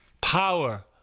power